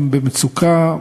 הם במצוקה.